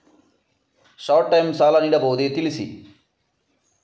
Short time ಸಾಲ ನೀಡಬಹುದೇ ತಿಳಿಸಿ?